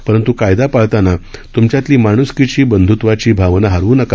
परंत् कायदा पाळताना त्मच्यातली माण्सकीची बंध्त्वाची भावना हरवू नका